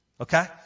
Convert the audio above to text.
Okay